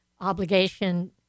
obligation